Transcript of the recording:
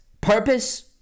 purpose